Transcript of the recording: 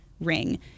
ring